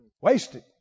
Wasted